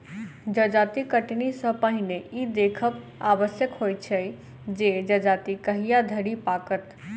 जजाति कटनी सॅ पहिने ई देखब आवश्यक होइत छै जे जजाति कहिया धरि पाकत